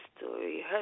story